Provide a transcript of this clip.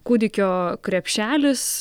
kūdikio krepšelis